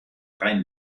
drei